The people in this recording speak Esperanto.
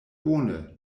bone